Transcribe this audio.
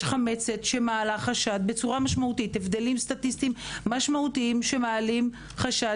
יש חמצת שמעלה חשד בצורה משמעותית הבדלים סטטיסטיים משמעותיים שמעלים חשד